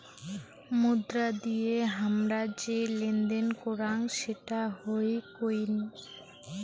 মুদ্রা দিয়ে হামরা যে লেনদেন করাং সেটা হই কোইন